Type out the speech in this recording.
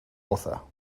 author